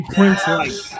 Prince-like